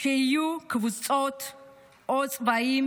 שיהיו קבוצות או צבעים.